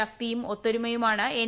ശക്തിയും ഒത്തൊരുമയുമാണ് എൻ